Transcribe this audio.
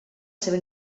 seva